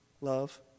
love